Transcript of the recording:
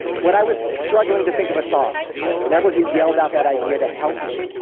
when i was struggling to think of a thought and everyone who yelled out that idea to help me,